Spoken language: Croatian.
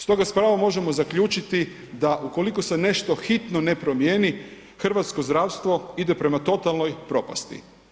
Stoga s pravom možemo zaključiti da ukoliko se nešto hitno ne promijeni hrvatskog zdravstvo ide prema totalnoj propasti.